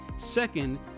Second